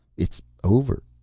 it's over.